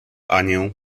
anię